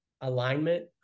alignment